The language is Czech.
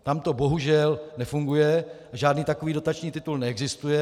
Tam to bohužel nefunguje a žádný takový dotační titul neexistuje.